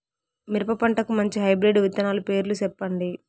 మిరప పంటకు మంచి హైబ్రిడ్ విత్తనాలు పేర్లు సెప్పండి?